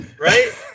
Right